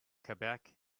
quebec